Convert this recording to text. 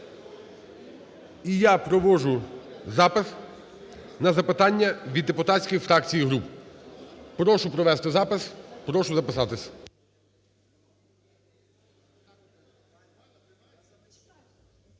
І я провожу запис на запитання від депутатських фракцій і груп. Прошу провести запис, прошу записатись.